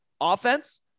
Offense